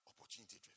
opportunity